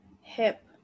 hip